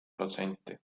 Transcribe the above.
protsenti